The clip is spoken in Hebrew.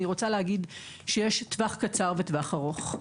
יש טווח קצר וטווח ארוך.